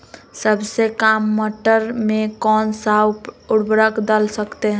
सबसे काम मटर में कौन सा ऊर्वरक दल सकते हैं?